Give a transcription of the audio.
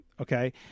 Okay